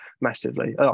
massively